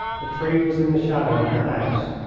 the tree was in the shadow of the house.